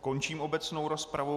Končím obecnou rozpravu.